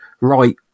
right